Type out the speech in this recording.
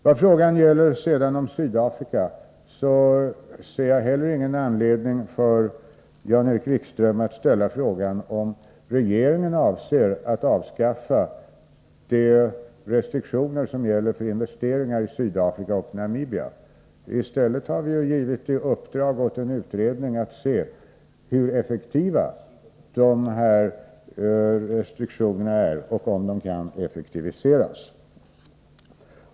Vad sedan gäller frågan om Sydafrika ser jag ingen anledning för Jan-Erik Wikström att ställa frågan om regeringen avser att avskaffa de restriktioner som gäller för investeringar i Sydafrika och Namibia. I stället har vi givit i uppdrag åt en utredning att se hur effektiva dessa restriktioner är och om de kan effektiviseras.